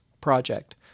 project